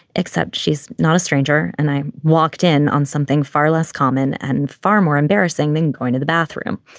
except she's not a stranger, and i walked in on something far less common and far more embarrassing than going to the bathroom.